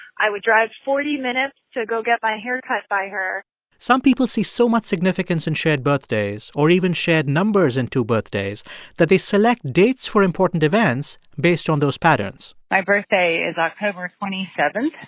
i would drive forty minutes to go get my haircut by her some people see so much significance in shared birthdays or even shared numbers in two birthdays that they select dates for important events based on those patterns my birthday is october twenty seven.